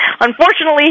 Unfortunately